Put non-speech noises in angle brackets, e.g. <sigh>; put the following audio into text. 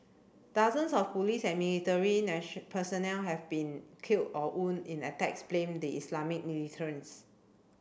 dozens of police and military <unintelligible> personnel have been killed or wound in attacks blamed the Islamist militants